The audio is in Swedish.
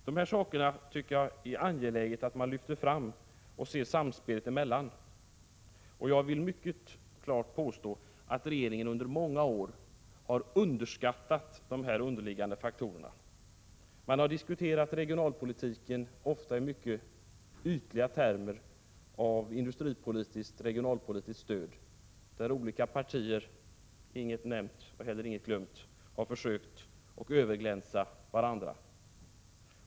Det är angeläget att man lyfter fram dessa faktorer och ser samspelet mellan dem. Jag vill mycket klart påstå att regeringen under många år har underskattat dessa underliggande faktorer. Man har diskuterat regionalpolitiken, ofta i mycket ytliga termer avseende industripolitiskt och regionalpolitiskt stöd, varvid olika partier — inget nämnt och heller inget glömt — har försökt överglänsa varandra.